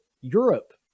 Europe